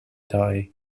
die